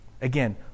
Again